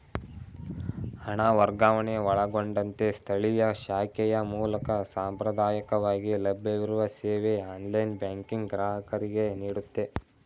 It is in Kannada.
ಹಣ ವರ್ಗಾವಣೆ ಒಳಗೊಂಡಂತೆ ಸ್ಥಳೀಯ ಶಾಖೆಯ ಮೂಲಕ ಸಾಂಪ್ರದಾಯಕವಾಗಿ ಲಭ್ಯವಿರುವ ಸೇವೆ ಆನ್ಲೈನ್ ಬ್ಯಾಂಕಿಂಗ್ ಗ್ರಾಹಕರಿಗೆನೀಡುತ್ತೆ